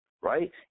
right